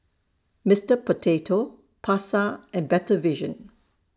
Mister Potato Pasar and Better Vision